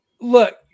Look